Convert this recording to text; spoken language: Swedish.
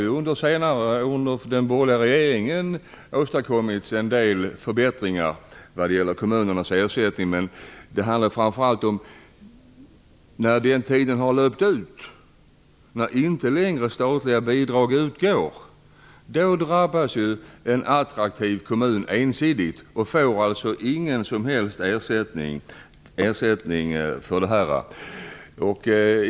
Jag medger att det under den borgerliga regeringens tid har åstadkommits en del förbättringar vad gäller kommunernas ersättning. Men jag talar framför allt om vad som händer när ersättningstiden har löpt ut, när statliga bidrag inte längre utgår. Då drabbas en attraktiv kommun ensidigt och får ingen som helst ersättning.